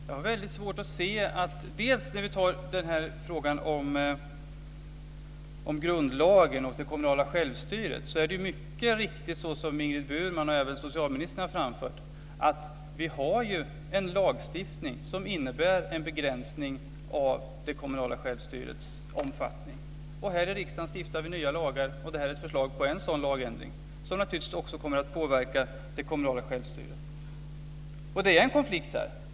Fru talman! Jag har väldigt svårt att se detta bl.a. beträffande frågan om grundlagen och det kommunala självstyret. Det är mycket riktigt som Ingrid Burman och socialministern har framfört, nämligen att vi ju har en lagstiftning som innebär en begränsning av det kommunala självstyrets omfattning. Och här i riksdagen stiftar vi nya lagar, och det här är ett förslag på en sådan lagändring som naturligtvis också kommer att påverka det kommunala självstyret. Och det är en konflikt där.